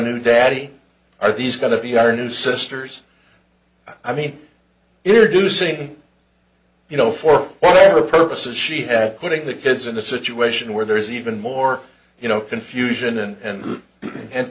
new daddy are these going to be our new sisters i mean if you do sing you know for whatever purposes she had putting the kids in a situation where there is even more you know confusion and and